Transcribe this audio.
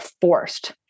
forced